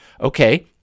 Okay